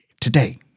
today